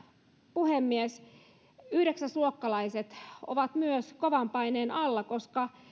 puhemies myös yhdeksäsluokkalaiset ovat kovan paineen alla koska